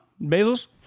Basil's